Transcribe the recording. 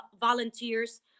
volunteers